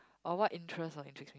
or what interest or intrigues me